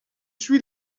suit